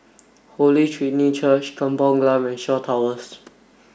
Holy Trinity Church Kampung Glam and Shaw Towers